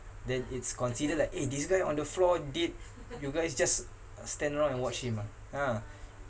then it's considered like eh this guy on the floor did you guys just stand around and watch him ah ah